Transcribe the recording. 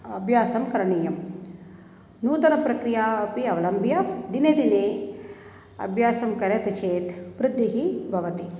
अभ्यासः करणीयः नूतनप्रक्रियाम् अपि अवलम्ब्य दिने दिने अभ्यासं करोति चेत् वृद्धिः भवति